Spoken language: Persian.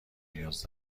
نیاز